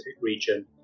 region